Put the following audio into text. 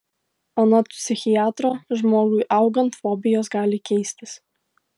anot psichiatro žmogui augant fobijos gali keistis